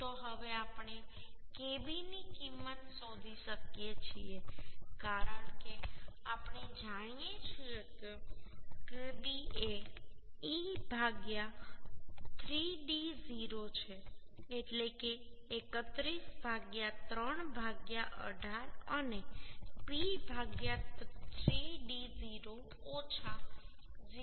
તો હવે આપણે kb ની કિંમત શોધી શકીએ છીએ કારણ કે આપણે જાણીએ છીએ કે kb એ e 3d0 છે એટલે કે 31 3 18 અને p 3 d0 ઓછા 0